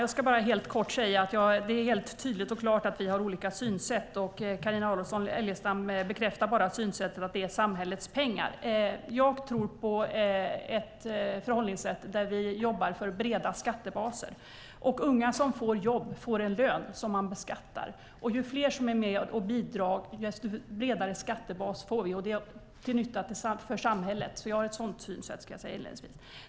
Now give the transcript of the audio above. Fru talman! Jag ska bara helt kort säga att det är tydligt och klart att vi har olika synsätt. Carina Adolfsson Elgestam bekräftar bara synsättet att det är samhällets pengar. Jag tror på ett förhållningssätt där vi jobbar för breda skattebaser. Unga som får jobb får en lön som beskattas, och ju fler som är med och bidrar desto bredare skattebas får vi. Det är till nytta för samhället. Jag har ett sådant synsätt.